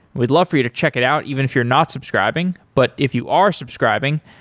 we'd love for you to check it out even if you're not subscribing, but if you are subscribing,